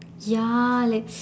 ya like